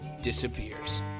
disappears